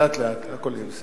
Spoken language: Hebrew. לאט-לאט, הכול יהיה בסדר.